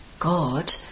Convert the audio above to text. God